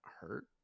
hurt